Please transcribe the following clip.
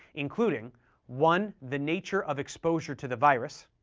including one, the nature of exposure to the virus.